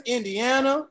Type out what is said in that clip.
Indiana